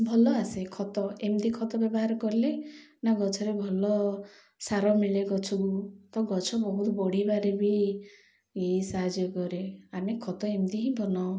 ଭଲ ଆସେ ଖତ ଏମିତି ଖତ ବ୍ୟବହାର କଲେ ନା ଗଛରେ ଭଲ ସାର ମିଳେ ଗଛକୁ ତ ଗଛ ବହୁତ ବଢ଼ିବାରେ ବି ସାହାଯ୍ୟ କରେ ଆମେ ଖତ ଏମିତି ହିଁ ବନାଉ